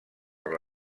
per